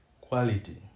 Quality